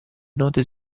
note